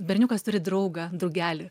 berniukas turi draugą drugelį